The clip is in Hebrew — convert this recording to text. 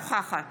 אינה נוכחת